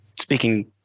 speaking